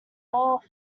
all